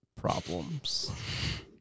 problems